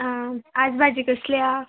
आं आज भाजी कसली आसा